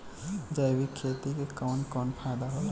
जैविक खेती क कवन कवन फायदा होला?